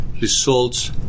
results